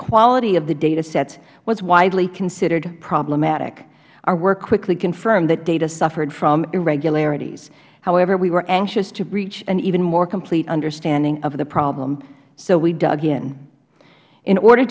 quality of the data sets was widely considered problematic our work quickly confirmed that data suffered from irregularities however we were anxious to reach an even more complete understanding of the problem so we dug in in order